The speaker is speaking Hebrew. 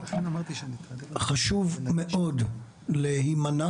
חשוב מאוד להימנע